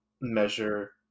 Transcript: measure